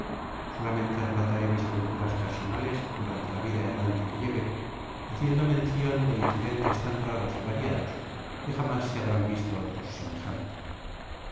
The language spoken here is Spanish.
solamente relataré mis aventuras personales durante la vida errante que llevé haciendo mencion de incidentes tan raros y variados que jamás se habrán vi to otros semejantes